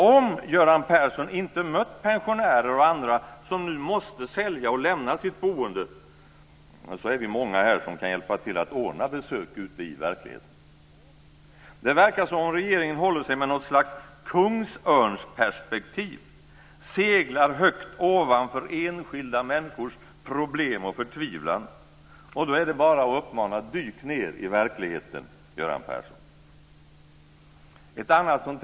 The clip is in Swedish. Om Göran Persson inte mött pensionärer och andra som nu måste sälja och lämna sitt boende, så är vi många här som kan hjälpa till att ordna besök ute i verkligheten. Det verkar som om regeringen håller sig med något slags kungsörnsperspektiv - seglar högt ovanför enskilda människors problem och förtvivlan. Då är det bara att komma med uppmaningen: Dyk ned i verkligheten, Göran Persson. Fru talman!